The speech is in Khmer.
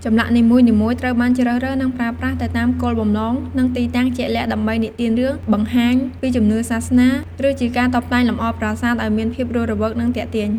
ចម្លាក់នីមួយៗត្រូវបានជ្រើសរើស និងប្រើប្រាស់ទៅតាមគោលបំណង និងទីតាំងជាក់លាក់ ដើម្បីនិទានរឿង បង្ហាញពីជំនឿសាសនា ឬជាការតុបតែងលម្អប្រាសាទឲ្យមានភាពរស់រវើក និងទាក់ទាញ។